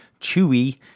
Chewy